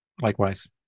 Likewise